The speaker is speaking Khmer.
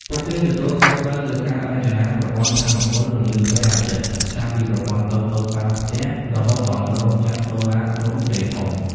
ពួកគេទទួលខុសត្រូវលើការរចនាប្រព័ន្ធថាមពលពន្លឺព្រះអាទិត្យចាប់ពីប្រព័ន្ធតូចៗតាមផ្ទះរហូតដល់រោងចក្រសូឡាទ្រង់ទ្រាយធំ។